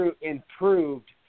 improved